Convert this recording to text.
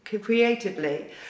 creatively